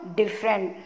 different